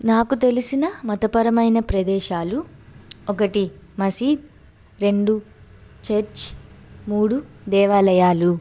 నాకు తెలిసిన మతపరమైన ప్రదేశాలు ఒకటి మసీదు రెండు చర్చి మూడు దేవాలయాలు